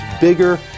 bigger